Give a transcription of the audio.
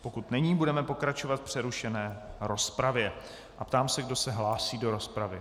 Pokud není, budeme pokračovat v přerušené rozpravě a ptám se, kdo se hlásí do rozpravy.